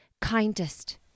kindest